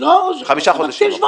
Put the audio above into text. חמישה חודשים.